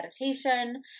meditation